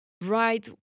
right